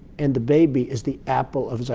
and the baby is the apple of his eye.